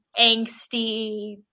angsty